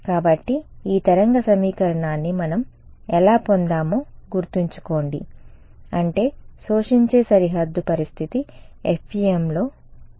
కాబట్టి ఈ తరంగ సమీకరణాన్ని మనం ఎలా పొందామో గుర్తుంచుకోండి అంటే శోషించే సరిహద్దు పరిస్థితి FEMలో ఉంది